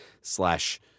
slash